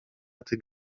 tych